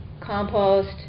compost